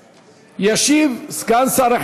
במכלים, שהם בכלל לא מבוקרים.